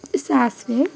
ಸಾಸಿವೆ